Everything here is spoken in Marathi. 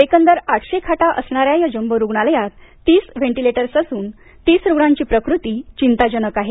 एकंदर आठशे खाटा असणाऱ्या या जंबो रूग्णालयात तीस व्हेंटीलेटर्स असून तीस रुग्णांची प्रकृती चिंताजनक आहे